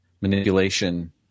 Manipulation